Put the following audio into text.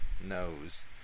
knows